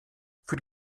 für